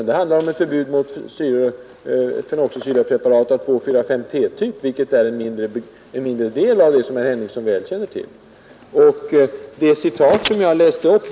Den handlar om ett förbud mot fenoxisyrapreparat av 2,4,5-T-typ, som är en mindre del av fenoxisyrorna, vilket herr Henningsson väl känner till.